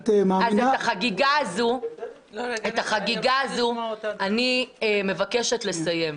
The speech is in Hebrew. את החגיגה הזאת אני מבקשת לסיים.